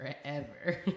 forever